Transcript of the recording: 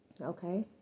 okay